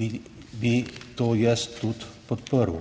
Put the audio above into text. bi to jaz tudi